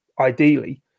ideally